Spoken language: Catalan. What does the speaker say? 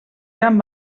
gran